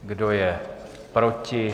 Kdo je proti?